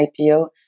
IPO